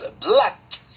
black